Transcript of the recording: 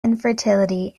infertility